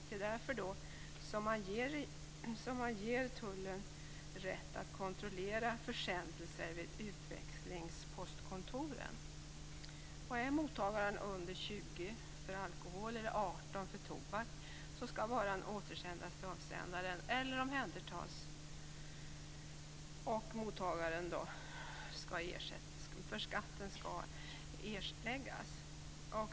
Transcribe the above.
Det är därför som man ger tullen rätt att kontrollera försändelser vid utväxlingspostkontoren. Om mottagaren är under 20 år och det gäller alkohol - för tobak är åldersgränsen 18 år - skall varan återsändas till avsändaren eller omhändertas. Om mottagaren är äldre än som nämnts skall skatt erläggas.